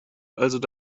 also